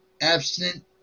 abstinent